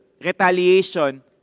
retaliation